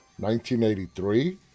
1983